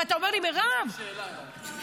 ואתה אומר לי: מירב --- יש לי שאלה אלייך.